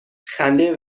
خنده